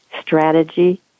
strategy